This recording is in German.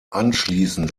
anschließend